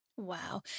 Wow